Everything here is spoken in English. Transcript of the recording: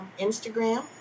Instagram